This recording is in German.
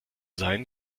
sein